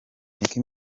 nicki